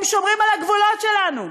הם שומרים על הגבולות שלנו.